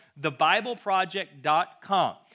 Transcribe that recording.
thebibleproject.com